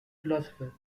philosopher